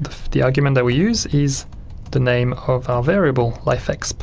the the argument that we use is the name of our variable lifeexp.